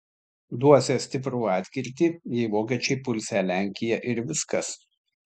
duosią stiprų atkirtį jei vokiečiai pulsią lenkiją ir viskas